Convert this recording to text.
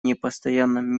непостоянном